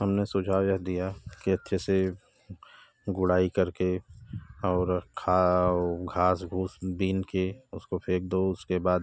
हम ने सुझाव यह दिया कि अच्छे से गोड़ाई कर के और खाव घास घूस बीन के उसको फेंक दो उसके बाद